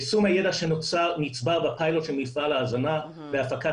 יישום הידע שנוצר נצבר בפיילוט של מפעל ההזנה והפקת